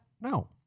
No